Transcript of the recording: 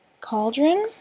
Cauldron